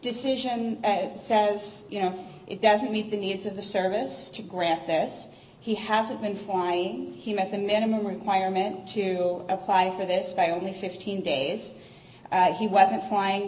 decision says you know it doesn't meet the needs of the service to grant this he hasn't been flying he met the minimum requirement to apply for this by only fifteen days he wasn't flying